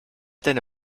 deine